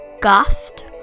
gust